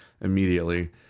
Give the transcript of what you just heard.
immediately